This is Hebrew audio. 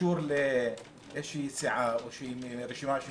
שיממנו באופן לא שקוף תעמולת בחירות.